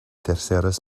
terceras